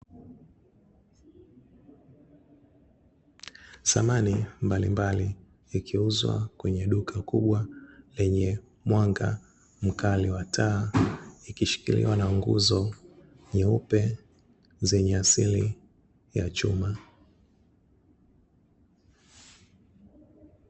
Samani mbalimbali zikiuzwa kwenye duka kubwa; lenye mwanga mkali wa taa, ikishikiliwa na nguzo nyeupe zenye asili ya chuma.